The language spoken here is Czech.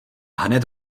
hned